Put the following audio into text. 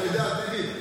אתה יודע, טיבי?